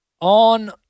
on